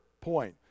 point